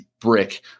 brick